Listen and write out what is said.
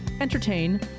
entertain